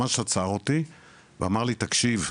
ממש עצר אותי ואמר לי תקשיב,